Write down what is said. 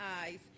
eyes